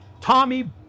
Tommy